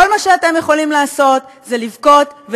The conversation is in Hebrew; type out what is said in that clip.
כל מה שאתם יכולים לעשות זה לבכות,